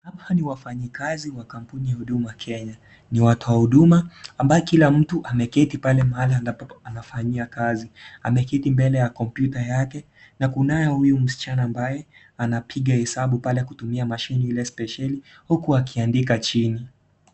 Hapa ni wafanyikazi wa kampuni ya Huduma Kenya. Ni watoa huduma, ambaye kila mtu ameketi pale mahali anafanyia kazi, ameketi mbele ya kompyuta yake, na kunaye huyu msichana ambaye anapiga hesabu pale kutumia mashine ile spesheli, huku akiandika chini.